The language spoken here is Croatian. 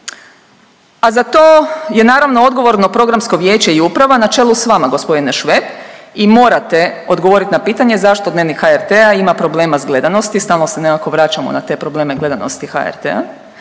A za to je naravno odgovorno Programsko vijeće i uprava na čelu s vama g. Šveb i morate odgovorit na pitanje zašto Dnevnik HRT-a ima problema s gledanosti, stalno se nekako vraćamo na te probleme gledanosti HRT-a